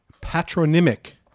Patronymic